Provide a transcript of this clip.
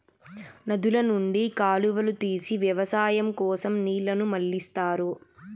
నదుల నుండి కాలువలు తీసి వ్యవసాయం కోసం నీళ్ళను మళ్ళిస్తారు